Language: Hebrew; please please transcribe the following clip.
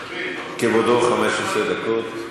כבודו, 15 דקות לרשותך.